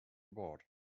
award